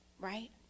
Right